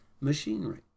machinery